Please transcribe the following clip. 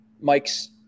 mike's